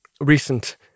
recent